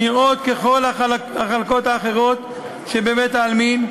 נראות ככל החלקות האחרות שבבית-העלמין,